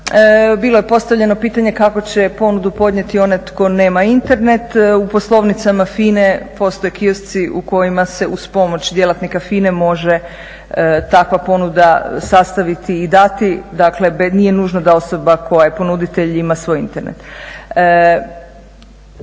Bilo je postavljeno pitanje kako će ponudu podnijeti onaj tko nema Internet. U poslovnicama FINA-e postoje kiosci u kojima se uz pomoć djelatnika FINA-e može takva ponuda sastaviti i dati. Dakle, nije nužno da osoba koja je ponuditelj ima svoj Internet.